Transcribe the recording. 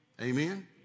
Amen